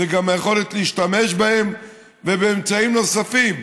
זו גם היכולת להשתמש בהם ובאמצעים נוספים.